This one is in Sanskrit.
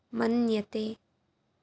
मन्यते